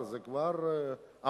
זה כבר המון.